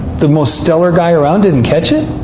the most stellar guy around, didn't catch it?